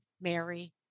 Mary